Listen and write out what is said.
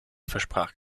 versprach